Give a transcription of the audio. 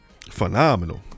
Phenomenal